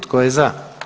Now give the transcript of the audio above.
Tko je za?